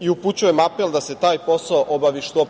I, upućujem apel da se taj posao obavi što